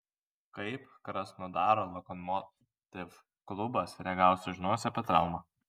kaip krasnodaro lokomotiv klubas reagavo sužinojęs apie traumą